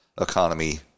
economy